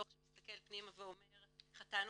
דו"ח שמסתכל פנימה ואומר "חטאנו,